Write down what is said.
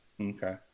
Okay